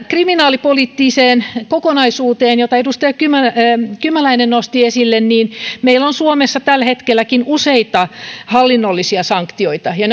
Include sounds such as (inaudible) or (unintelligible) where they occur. kriminaalipoliittiseen kokonaisuuteen jota edustaja kymäläinen kymäläinen nosti esille meillä on suomessa tällä hetkelläkin useita hallinnollisia sanktioita ja (unintelligible)